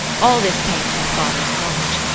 all this came to my father's knowledge.